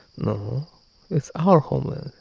no it's our homeland,